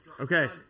Okay